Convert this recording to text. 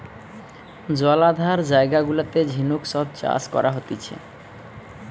জলাধার জায়গা গুলাতে ঝিনুক সব চাষ করা হতিছে